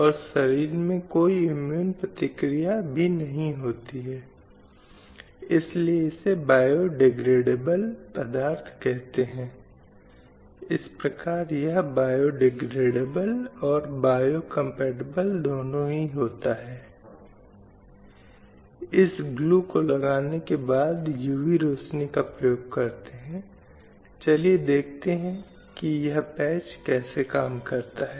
slide समय संदर्भ 0427 अब वर्षों से महिलाओं की इस स्थिति का लगातार अध्ययन और विश्लेषण किया गया है और हमने हर स्थिति में यह समझने की कोशिश की है कि वास्तव में महिलाओं की स्थिति क्या है इसलिए हम जो तथ्य और आंकड़े हैं इसपर गौर करें तो ये तथ्य और आंकड़े कुछ हद तक भिन्न हो सकते हैं लेकिन ये बड़े पैमाने पर कुछ सेंसर हैं और एनएसएसओ के आंकड़े हैं जो वहां हैं और जो यह दिखाते हैं कि महिलाएं अब कहां हैं